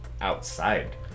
outside